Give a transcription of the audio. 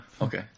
Okay